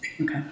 Okay